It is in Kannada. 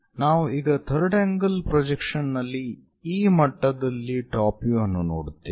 ನಾವು ಈಗ ಥರ್ಡ್ ಆಂಗಲ್ ಪ್ರೊಜೆಕ್ಷನ್ನಲ್ಲಿ ಈ ಮಟ್ಟದಲ್ಲಿ ಟಾಪ್ ವ್ಯೂ ಅನ್ನು ನೋಡುತ್ತೇವೆ